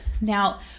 now